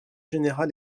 général